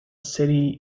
city